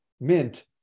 mint